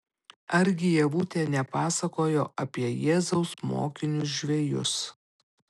argi ievutė nepasakojo apie jėzaus mokinius žvejus